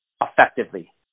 effectively